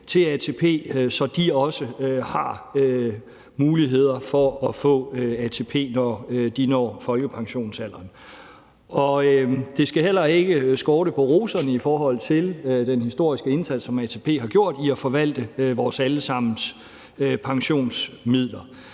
til ATP, så de også har muligheder for at få ATP, når de når folkepensionsalderen. Og det skal heller ikke skorte på roserne i forhold til den historiske indsats, som ATP har gjort, for at forvalte vores alle sammens pensionsmidler.